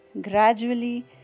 gradually